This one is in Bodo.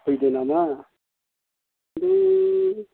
फैदो नामा बे